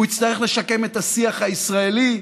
הוא יצטרך לשקם את השיח הישראלי,